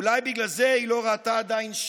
אולי בגלל זה היא עדיין לא ראתה שקל